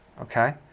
okay